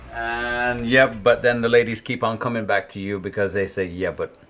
and yup, but then the ladies keep on coming back to you because they say, yeah, but.